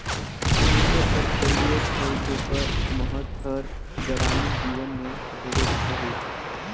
मूसर कर परियोग अउ ओकर महत हर गरामीन जीवन में ढेरेच अहे